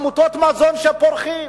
ועמותות מזון פורחות.